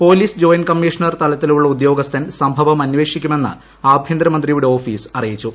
police joint commissioner തലത്തിലുളള ഉദ്യോഗസ്ഥൻ സംഭവം അന്വേഷിക്കുമെന്ന് ആഭ്യന്തരമന്ത്രിയുടെ ഓഫീസ് അറിയിച്ചു